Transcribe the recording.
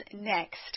next